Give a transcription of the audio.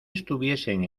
estuviesen